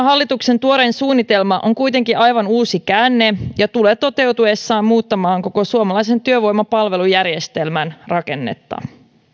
hallituksen tuorein suunnitelma on kuitenkin aivan uusi käänne ja tulee toteutuessaan muuttamaan koko suomalaisen työvoimapalvelujärjestelmän rakennetta